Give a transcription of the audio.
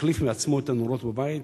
יחליף לעצמו את הנורות בבית.